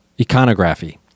Iconography